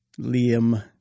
Liam